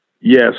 Yes